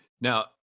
Now